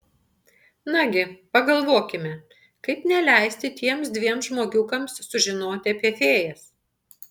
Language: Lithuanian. nagi pagalvokime kaip neleisti tiems dviem žmogiukams sužinoti apie fėjas